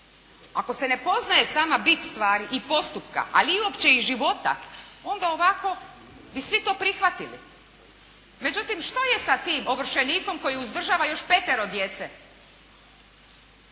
Ako se ne poznaje sama bit stvari i postupka, ali uopće i života, onda ovako bi svi to prihvatili. Međutim, što je sa tim ovršenikom koji uzdržava još petero djece?